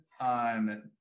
on